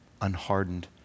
unhardened